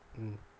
mm